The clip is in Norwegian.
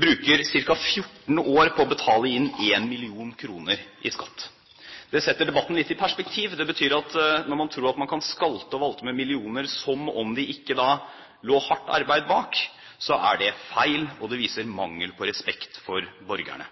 bruker ca. 14 år på å betale inn 1 mill. kr i skatt. Det setter debatten litt i perspektiv, og det betyr at når man tror at man kan skalte og valte med millioner som om det ikke lå hardt arbeid bak, er det feil, og det viser mangel på respekt for borgerne.